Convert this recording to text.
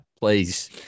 please